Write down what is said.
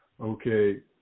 okay